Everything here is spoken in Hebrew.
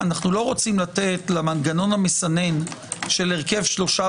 אנו לא רוצים לתת למנגנון המסנן של הרכב שלושה